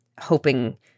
hoping